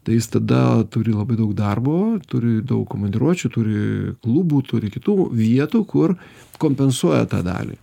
tai jis tada turi labai daug darbo turi daug komandiruočių turi klubų turi kitų vietų kur kompensuoja tą dalį